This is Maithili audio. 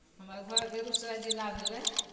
हमर घर बेगूसराय जिला भेलै